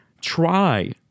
try